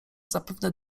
zapewne